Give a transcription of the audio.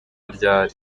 ryari